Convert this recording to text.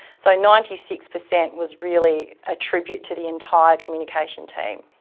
so ninety-six percent was really a tribute to the entire communication team.